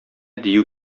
дию